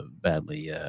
badly